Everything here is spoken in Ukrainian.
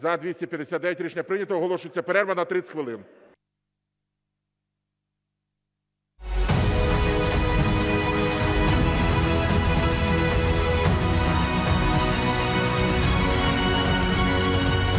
За-259 Рішення прийнято. Оголошується перерва на 30 хвилин.